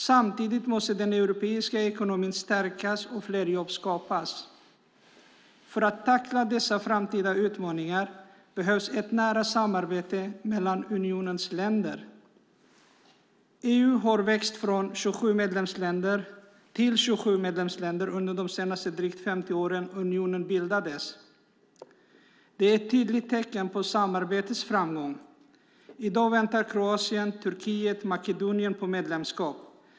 Samtidigt måste den europeiska ekonomin stärkas och fler jobb skapas. För att tackla dessa framtida utmaningar behövs ett nära samarbete mellan unionens länder. EU har växt till 27 medlemsländer under de drygt 50 åren sedan unionen bildades. Det är ett tydligt tecken på samarbetets framgång. I dag väntar Kroatien, Turkiet och Makedonien på medlemskap.